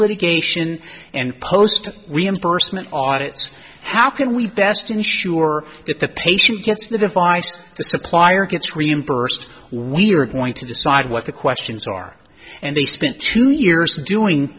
litigation and post reimbursement audits how can we best ensure that the patient gets the device the supplier gets reimbursed we're going to decide what the questions are and they spent two years doing